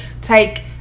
take